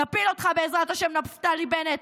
נפיל אותך, בעזרת השם, נפתלי בנט.